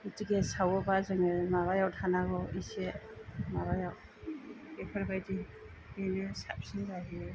बिदि गेस सावोब्ला जोङो माबायाव थानांगौ इसे माबायाव बेफोरबायदि बेनो साबसिन जायो